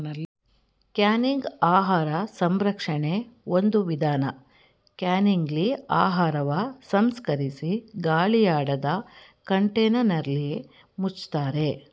canning ಆಹಾರ ಸಂರಕ್ಷಣೆ ಒಂದು ವಿಧಾನ ಕ್ಯಾನಿಂಗ್ಲಿ ಆಹಾರವ ಸಂಸ್ಕರಿಸಿ ಗಾಳಿಯಾಡದ ಕಂಟೇನರ್ನಲ್ಲಿ ಮುಚ್ತಾರೆ